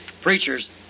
Preachers